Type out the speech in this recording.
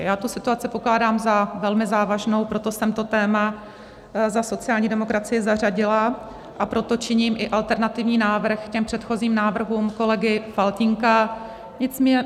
Já tu situaci pokládám za velmi závažnou, proto jsem to téma za sociální demokracii zařadila a proto činím i alternativní návrh k předchozím návrhům kolegy Faltýnka.